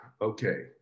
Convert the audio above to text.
okay